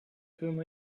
firma